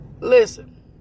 listen